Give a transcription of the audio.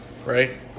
Right